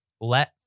let